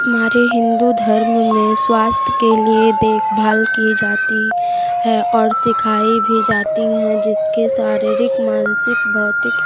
हमारे हिंदू धर्म में स्वास्थय के लिए देखभाल की जाती है और सिखाई भी जाती हैं जिसके शारीरिक मानसिक भौतिक